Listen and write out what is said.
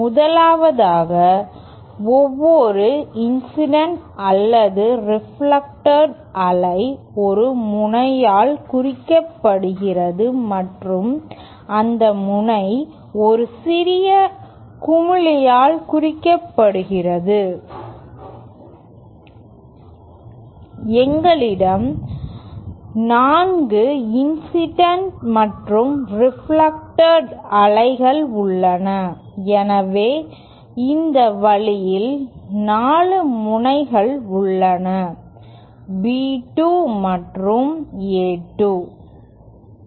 முதலாவதாக ஒவ்வொரு இன்சிடென்ட் அல்லது ரெப்லெக்டட் அலை ஒரு முனையால் குறிக்கப்படுகிறது மற்றும் அந்த முனை ஒரு சிறிய குமிழால் குறிக்கப்படுகிறது எங்களிடம் 4 இன்சிடென்ட் மற்றும் ரெப்லெக்டட் அலைகள் உள்ளன எனவே இந்த வழியில் 4 முனைகள் உள்ளன B 2 மற்றும் A 2